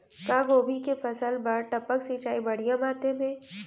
का गोभी के फसल बर टपक सिंचाई बढ़िया माधयम हे?